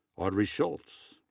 audrey schultz,